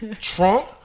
Trump